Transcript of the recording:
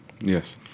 Yes